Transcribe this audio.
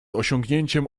osiągnięciem